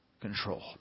control